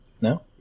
no